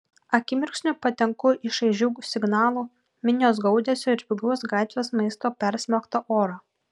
akimirksniu patenku į šaižių signalų minios gaudesio ir pigaus gatvės maisto persmelktą orą